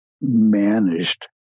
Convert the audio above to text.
managed